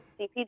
CPG